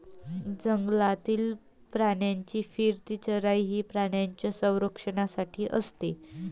जंगलातील प्राण्यांची फिरती चराई ही प्राण्यांच्या संरक्षणासाठी असते